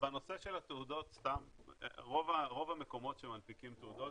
בנושא של התעודות, רוב המקומות שמנפיקים תעודות,